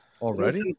Already